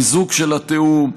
חיזוק של התיאום,